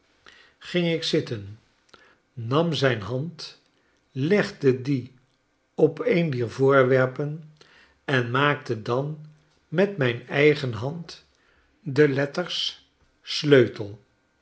ging ik zitten nam zijn hand legde die op een dier voorwerpen en maakte dan met mijn eigen hand de letters sleutel